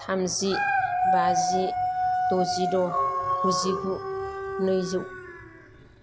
थामजि बाजि द'जिद' गुजिगु नैजौ